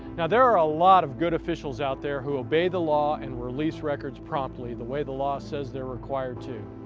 now, there are a lot of good officials out there who obey the law and release records promptly, the way the law says they're required to.